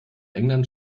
england